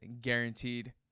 guaranteed